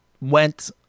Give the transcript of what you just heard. went